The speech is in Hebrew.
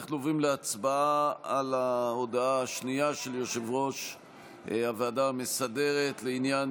אנחנו עוברים להצבעה על ההודעה השנייה של יושב-ראש הוועדה המסדרת לעניין